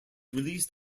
released